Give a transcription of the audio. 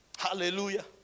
Hallelujah